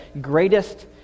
greatest